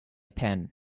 pen